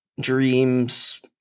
dreams